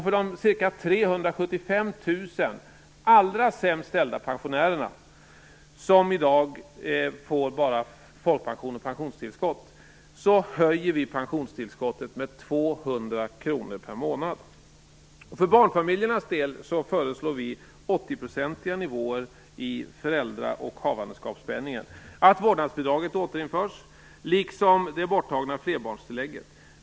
För de ca 375 000 allra sämst ställda pensionärerna, som i dag bara får folkpension och pensionstillskott, höjer vi pensionstillskottet med 200 kr per månad. För barnfamiljernas del föreslår vi åttioprocentiga nivåer i föräldra och havandeskapspenningen och att vårdnadsbidraget återinförs, liksom det borttagna flerbarnstillägget.